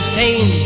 pain